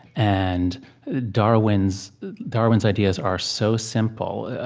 and darwin's darwin's ideas are so simple.